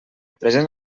present